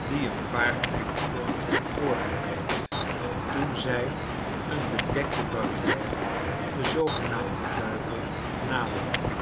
die een paardlengte voor hem reed toen zij een bedekte barrière den zoogenaamden duivel naderden